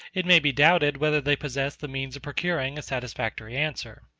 it may be doubted whether they possess the means of procuring a satisfactory answer.